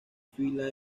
fila